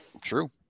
True